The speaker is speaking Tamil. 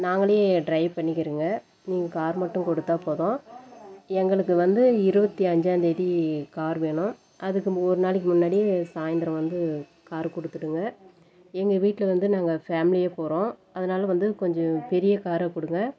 நாங்கள் டிரைவ் பண்ணிக்கிறோங்க நீங்கள் கார் மட்டும் கொடுத்தா போதும் எங்களுக்கு வந்து இருபத்தி அஞ்சாம்தேதி கார் வேணும் அதுக்கு ஒரு நாளைக்கு முன்னாடி சாயந்திரம் வந்து கார் கொடுத்துடுங்க எங்கள் வீட்டில் வந்து நாங்கள் பேமிலியாக போகிறோம் அதனால வந்து கொஞ்சம் பெரிய காராக கொடுங்க